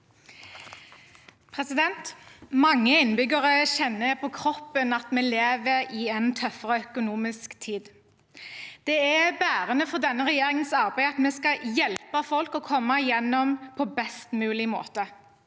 Mange innbyggere kjenner på kroppen at vi lever i en tøffere økonomisk tid. Det bærende for denne regjeringens arbeid er at vi skal hjelpe folk med å komme gjennom den på best mulig måte.